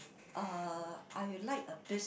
uh I will like a biz